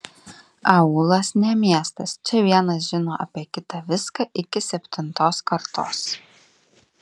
aūlas ne miestas čia vienas žino apie kitą viską iki septintos kartos